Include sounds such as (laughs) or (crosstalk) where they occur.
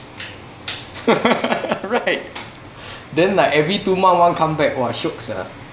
(laughs) right then like every two month one come back !wah! shiok sia